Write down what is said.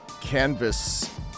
canvas